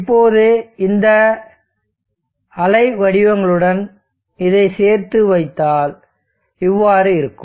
இப்போது இதை இந்த அலைவடிவங்களுடன் சேர்ந்து வைத்தால் இவ்வாறு இருக்கும்